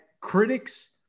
critics